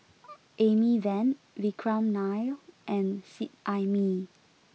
Amy Van Vikram Nair and Seet Ai Mee